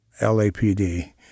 LAPD